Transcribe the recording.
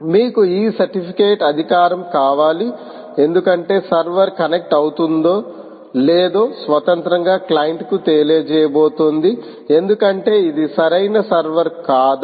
మీకు ఈ సర్టిఫికేట్ అధికారం కావాలి ఎందుకంటే సర్వర్ కనెక్ట్ అవుతుందో లేదో స్వతంత్రంగా క్లయింట్కు తెలియజేయబోతోంది ఎందుకంటే ఇది సరైన సర్వర్ కాదా